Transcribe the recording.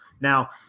Now